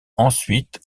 ensuite